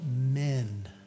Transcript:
men